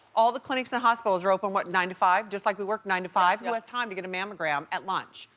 all the clinics and hospitals are open what nine five? just like a work nine to five. who has time to get a mammogram at lunch?